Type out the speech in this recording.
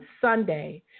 Sunday